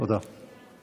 תודה.